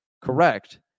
correct